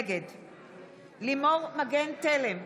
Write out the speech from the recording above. נגד לימור מגן תלם,